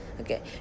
okay